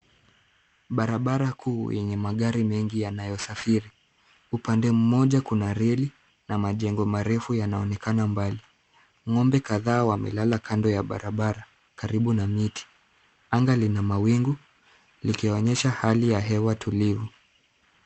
Barabara kuu yenye magari mengi yanayosafiri upande mmoja. Kuna reli na majengo marefu yanaonekana mbali. Ng'ombe kadhaa wamelala kando ya barabara karibu na miti. Anga lina mawingu likionyesha hali ya hewa tulivu.